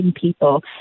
people